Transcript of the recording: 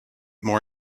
more